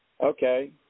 Okay